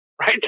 right